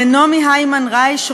לנעמי הימיין-רייש,